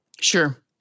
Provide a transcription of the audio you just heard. Sure